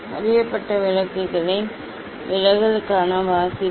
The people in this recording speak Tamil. அறியப்பட்ட விளக்குகளின் விலகலுக்கான வாசிப்பு